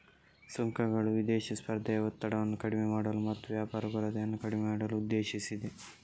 ಸುಂಕಗಳು ವಿದೇಶಿ ಸ್ಪರ್ಧೆಯ ಒತ್ತಡವನ್ನು ಕಡಿಮೆ ಮಾಡಲು ಮತ್ತು ವ್ಯಾಪಾರ ಕೊರತೆಯನ್ನು ಕಡಿಮೆ ಮಾಡಲು ಉದ್ದೇಶಿಸಿದೆ